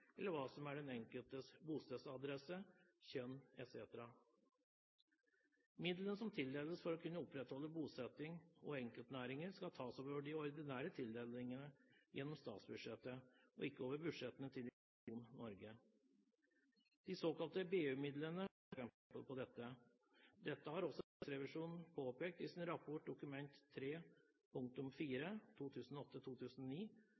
eller hva som er den enkeltes bostedsadresse, kjønn etc. Midler som tildeles for å kunne opprettholde bosetting og enkeltnæringer, skal tas over de ordinære tildelingene gjennom statsbudsjettet, og ikke over budsjettene til Innovasjon Norge. De såkalte BU-midlene er et eksempel på dette. Dette har også Riksrevisjonen påpekt i sin rapport Dokument